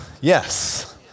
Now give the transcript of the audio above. Yes